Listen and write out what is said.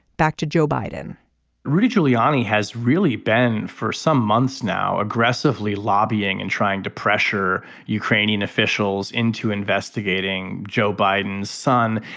back to joe biden rudy giuliani has really been for some months now aggressively lobbying and trying to pressure ukrainian officials into investigating joe biden's son.